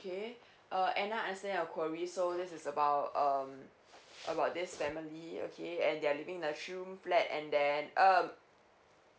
okay uh anna answer your query so this is about um about this family okay and they're living in three room flat and then um